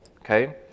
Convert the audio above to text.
Okay